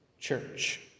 church